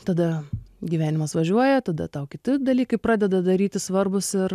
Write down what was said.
tada gyvenimas važiuoja tada tau kiti dalykai pradeda darytis svarbūs ir